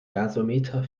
gasometer